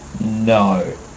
No